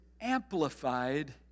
amplified